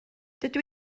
dydw